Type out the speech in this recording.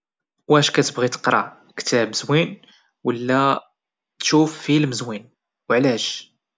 واش كتبغي تقرا كتاب زوين ولا تشوف فيلم زوين وعلاش؟